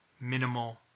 minimal